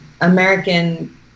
American